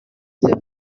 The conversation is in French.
peu